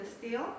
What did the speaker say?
steel